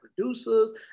producers